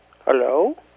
Hello